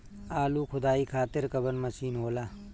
आलू खुदाई खातिर कवन मशीन होला?